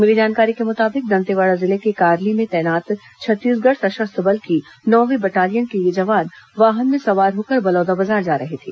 मिली जानकारी के मुताबिक दंतेवाड़ा जिले के कारली में तैनात छत्तीसगढ़ सशस्त्र बल की नौंवी बटालियन के ये जवान वाहन में सवार होकर बलौदाबाजार जा रहे थे